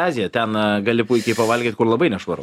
aziją ten gali puikiai pavalgyt kur labai nešvaru